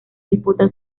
disputan